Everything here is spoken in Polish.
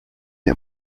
nie